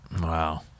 Wow